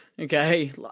okay